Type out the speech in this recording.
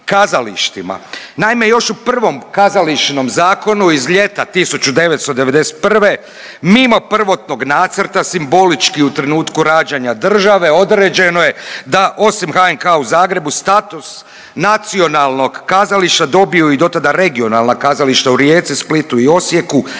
Naime, još u prvom kazališnom zakonu iz ljeta 1991. mimo prvotnog nacrta simbolički u trenutku rađanje države određeno je da osim HNK u Zagrebu status nacionalnog kazališta dobiju do tada i regionalna kazališta u Rijeci, Splitu i Osijeku,